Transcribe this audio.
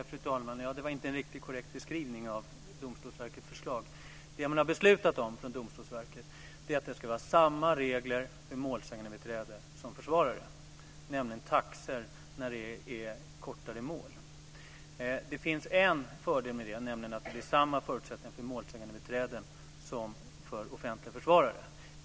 Fru talman! Det var inte en riktigt korrekt beskrivning av Domstolsverkets förslag. Det man har beslutat om från Domstolsverket är att det ska vara samma regler för målsägandebiträden som för försvarare, nämligen taxor när det är fråga om kortare mål. Det finns en fördel med det, och det är att det blir samma förutsättningar för målsägandebiträden som för offentliga försvarare.